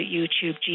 YouTube